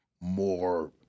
more